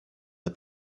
the